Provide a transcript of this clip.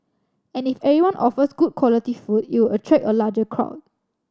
and if everyone offers good quality food it'll attract a larger crowd